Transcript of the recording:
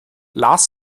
las